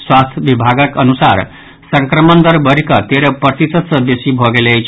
स्वास्थ्य विभागक अनुसार संक्रमणक दर बढ़िकऽ तेरह प्रतिशत सँ बेसी भऽ गेल अछि